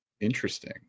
Interesting